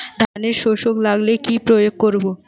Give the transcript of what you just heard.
ধানের শোষক লাগলে কি প্রয়োগ করব?